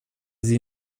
sie